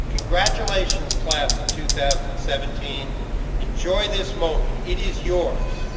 congratulations class of two thousand and seventeen enjoy this moment it is yours.